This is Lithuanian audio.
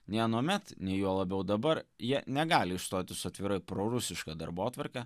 nei anuomet nei juo labiau dabar jie negali išstoti su atvirai prorusiška darbotvarke